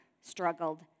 struggled